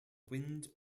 wind